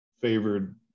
favored